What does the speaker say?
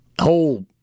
whole